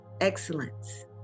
excellence